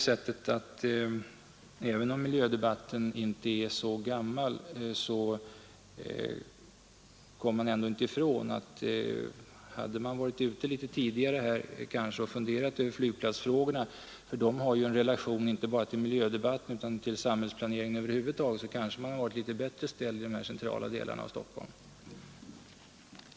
Men även om miljödebatten inte är så gammal kommer man inte ifrån, att hade man varit ute litet tidigare och funderat över flygplatsfrågorna — de har ju en relation inte bara till miljödebatten utan till samhällsplaneringen över huvud taget — kanske man hade varit litet bättre ställd i de centrala delarna av Stockholm när det gäller flygplatser.